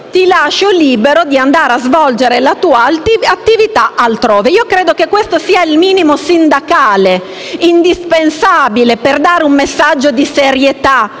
è lasciati liberi di andare a svolgere attività altrove. Credo che questo sia il minimo sindacale indispensabile per dare un messaggio di serietà